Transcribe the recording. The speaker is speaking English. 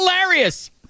hilarious